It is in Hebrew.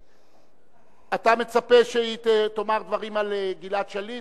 אתה מצפה שהיא תאמר דברים על גלעד שליט,